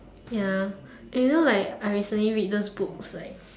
ya you know like I recently read those books like